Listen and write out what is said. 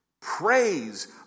praise